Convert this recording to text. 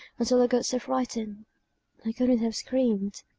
until i got so frightened i could have screamed.